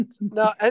no